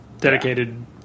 dedicated